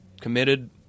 committed